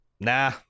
nah